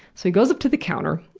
so he goes up to the counter,